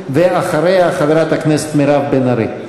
ואחריה חברת הכנסת מירב בן ארי.